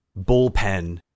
bullpen